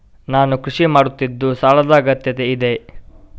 ನಾನು ಕೃಷಿ ಮಾಡುತ್ತಿದ್ದು ಸಾಲದ ಅಗತ್ಯತೆ ಇದೆ?